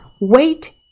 wait